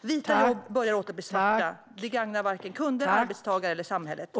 Vita jobb börjar åter bli svarta. Det gagnar varken kunder, arbetstagare eller samhället.